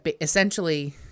essentially –